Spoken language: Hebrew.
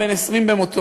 בן 20 במותו,